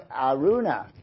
Aruna